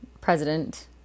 president